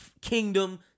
Kingdom